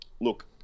Look